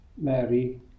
Mary